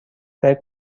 فکر